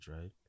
right